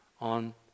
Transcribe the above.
on